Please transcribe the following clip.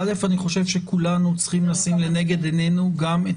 אני חושב שכולנו צריכים לשים לנגד עינינו גם את